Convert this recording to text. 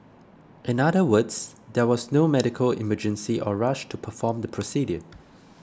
in other words there was no medical emergency or rush to perform the procedure